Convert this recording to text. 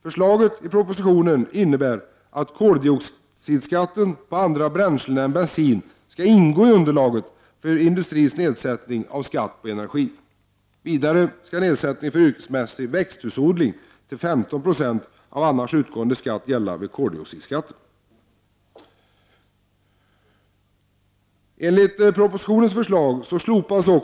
Förslaget i propositionen innebär att koldioxidskatten på andra bränslen än bensin skall ingå i underlaget för industrins nedsättning av skatt på energi. Vidare skall nedsättningen för yrkesmässig växthusodling till 15 96 av annars utgående skatt gälla även koldioxidskatten.